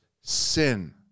sin